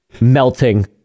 melting